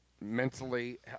mentally